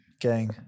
gang